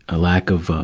a lack of, ah,